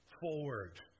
forward